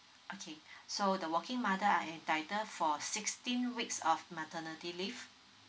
okay so the working mother are entitled for sixteen weeks of maternity leave